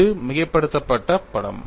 இது மிகைப்படுத்தப்பட்ட படம்